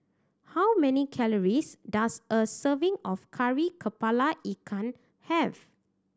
how many calories does a serving of Kari Kepala Ikan have